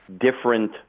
different